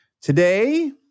Today